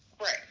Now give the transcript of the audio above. Right